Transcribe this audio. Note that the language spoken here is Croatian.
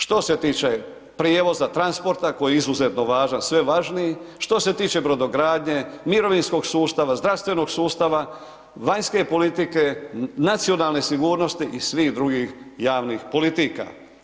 Što se tiče prijevoza, transporta, koji je izuzetno važan, sve važniji, što se tiče brodogradnje, mirovinskog sustava, zdravstvenog sustava, vanjske politike, nacionalne sigurnosti i svih drugih javnih politika.